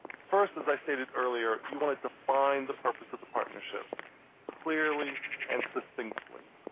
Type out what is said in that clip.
first, as i stated earlier, you want to define the purpose of the partnership clearly and succinctly.